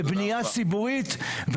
לבנייה ציבורית,